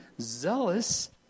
zealous